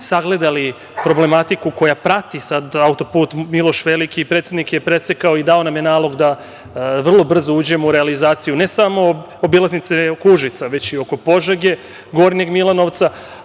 sagledali problematiku koja prati sad autoput „Miloš Veliki“ i predsednik je presekao i dao nam je nalog da vrlo brzo uđemo u realizaciju ne samo obilaznice oko Užica, već i oko Požege, Gornjeg Milanovca,